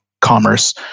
commerce